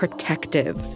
Protective